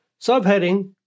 Subheading